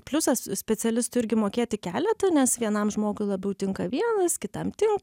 pliusas specialistui irgi mokėti keletą nes vienam žmogui labiau tinka vienas kitam tin